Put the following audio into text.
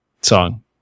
song